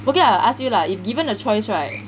boo kiat I ask you lah if given a choice right